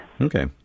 Okay